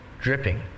Dripping